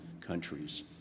countries